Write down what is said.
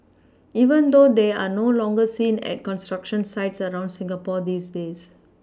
even though they are no longer seen at construction sites around Singapore these days